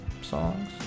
songs